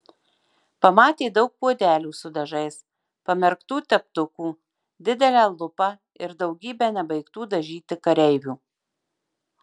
pamatė daug puodelių su dažais pamerktų teptukų didelę lupą ir daugybę nebaigtų dažyti kareivių